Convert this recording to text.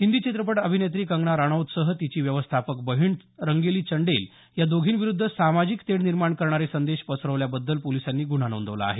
हिंदी चित्रपट अभिनेत्री कंगना रानौतसह तिची व्यवस्थापक बहीण रंगोली चंडेल या दोघींविरूद्ध सामाजिक तेढ निर्माण करणारे संदेश पसरवल्याबद्दल पोलिसांनी गुन्हा नोंदवला आहे